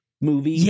movie